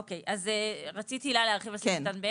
אוקיי, הילה, רצית להרחיב על סעיף קטן (ב)?